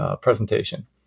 presentation